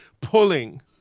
pulling